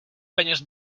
peněz